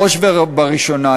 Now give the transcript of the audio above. בראש ובראשונה,